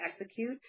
execute